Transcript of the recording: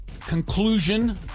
conclusion